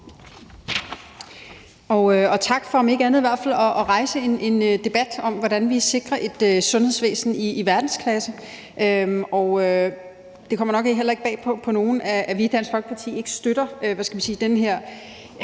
tak for om ikke andet i hvert fald at rejse en debat om, hvordan vi sikrer et sundhedsvæsen i verdensklasse. Det kommer nok heller ikke bag på nogen, at vi i Dansk Folkeparti ikke støtter den her